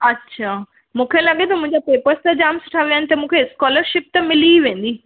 अच्छा मूंखे लॻे थो मुंहिंजा पेपर्स त जाम सुठा विया आहिनि त मूंखे स्कॉलरशिप त मिली वेंदी